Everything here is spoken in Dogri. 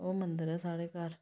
ओह् मन्दर ऐ साढ़े घर